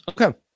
Okay